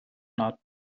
not